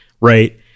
right